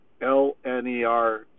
LNER